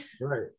Right